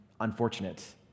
unfortunate